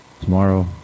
tomorrow